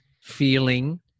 feeling